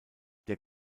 der